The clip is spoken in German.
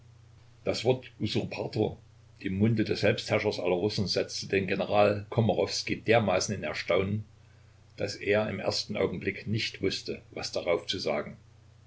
das wort usurpator im munde des selbstherrschers aller russen setzte den general komarowskij dermaßen in erstaunen daß er im ersten augenblick nicht wußte was darauf zu sagen